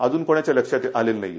अजून कोणाच्या लक्षात आलेलं नाही आहे